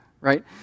right